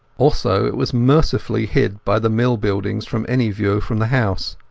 also it was mercifully hid by the mill buildings from any view from the house.